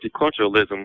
multiculturalism